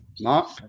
Mark